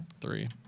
Three